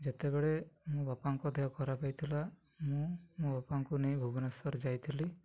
ଯେତେବେଳେ ମୋ ବାପାଙ୍କ ଦେହ ଖରାପ ହୋଇଥିଲା ମୁଁ ମୋ ବାପାଙ୍କୁ ନେଇ ଭୁବନେଶ୍ୱର ଯାଇଥିଲି